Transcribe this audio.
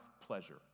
pleasure